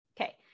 okay